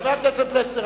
חבר הכנסת פלסנר,